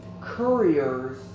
Couriers